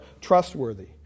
trustworthy